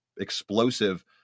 explosive